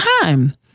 time